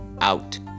out